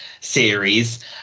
series